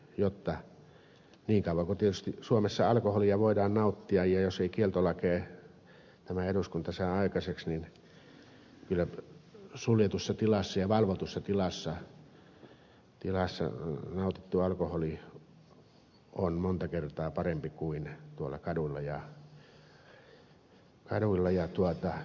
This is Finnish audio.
niin kauan kuin tietysti suomessa alkoholia voidaan nauttia ja jos ei kieltolakia tämä eduskunta saa aikaiseksi niin kyllä suljetussa ja valvotussa tilassa nautittu alkoholi on monta kertaa parempi kuin tuolla kaduilla ja kotona nautittu ja niin edelleen